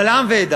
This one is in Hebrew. קבל עם ועדה: